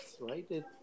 right